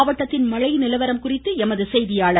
மாவட்டத்தில் மழை நிலவரம் குறித்து எமது செய்தியாளர்